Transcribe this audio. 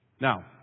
Now